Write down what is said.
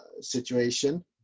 situation